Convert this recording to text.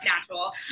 natural